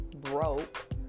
broke